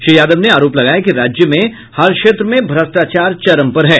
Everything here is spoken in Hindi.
श्री यादव ने आरोप लगाया कि राज्य में हर क्षेत्र में भ्रष्टाचार चरम पर है